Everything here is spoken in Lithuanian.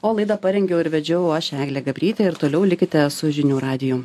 o laidą parengiau ir vedžiau aš eglė gabrytė ir toliau likite su žinių radiju